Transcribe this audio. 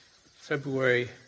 February